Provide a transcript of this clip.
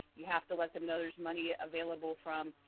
you have to let them know there's money available from,